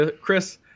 Chris